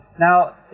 Now